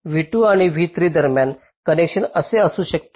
v2 आणि v3 दरम्यान कनेक्शनचे असे असू शकते